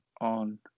on